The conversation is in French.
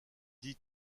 dit